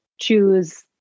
choose